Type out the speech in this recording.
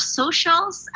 socials